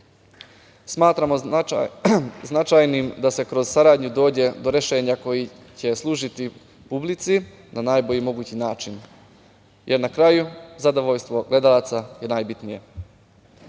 Smatramo značajnim da se kroz saradnju dođe do rešenja koje će služiti publici na najbolji mogući način, jer na kraju zadovoljstvo gledalaca je najbitnije. Još